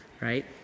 Right